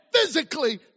physically